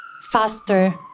faster